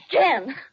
Ken